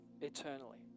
eternally